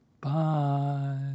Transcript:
Bye